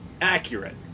accurate